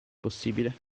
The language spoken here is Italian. possibile